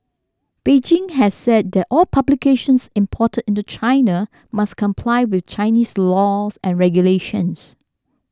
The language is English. Beijing has said that all publications imported into China must comply with Chinese laws and regulations